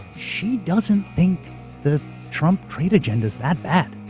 she doesn't think the trump trade agenda's that bad.